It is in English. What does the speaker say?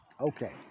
Okay